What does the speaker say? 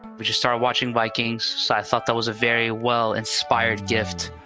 which is star watching vikings. so i thought that was a very well inspired gift.